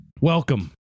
welcome